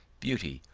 beauty,